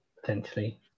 potentially